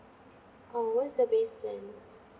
oh what's the base plan